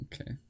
Okay